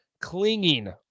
clinging